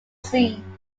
scene